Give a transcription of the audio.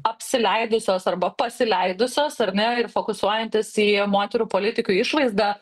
apsileidusios arba pasileidusios ar ne ir fokusuojantis į moterų politikių išvaizdą